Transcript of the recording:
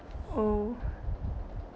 oh